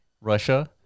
Russia